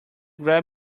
grab